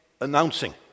announcing